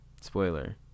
Spoiler